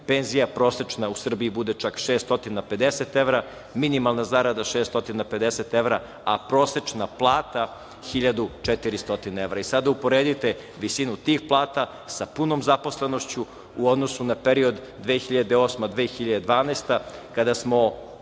penzija prosečna u Srbiji bude čak 650 evra, minimalna zarada 650 evra, a prosečna plata 1400 evra i sada uporedite visinu tih plata sa punom zaposlenošću u odnosu na period 2008. – 2012. godine,